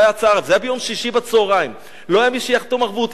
לא היה מי שיחתום ערבות.